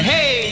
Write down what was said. Hey